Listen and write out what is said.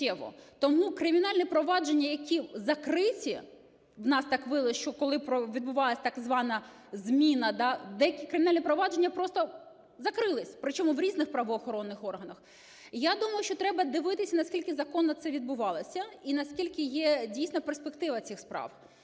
Тому кримінальні провадження, які закриті, у нас так виявилося, що коли відбувалася так звана зміна, деякі кримінальні провадження просто закрились, причому в різних правоохоронних органах. Я думаю, що треба дивитись, наскільки законно це відбувалося і наскільки є, дійсно, перспектива цих справ.